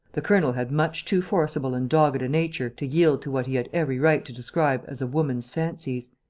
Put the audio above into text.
the colonel had much too forcible and dogged a nature to yield to what he had every right to describe as a woman's fancies.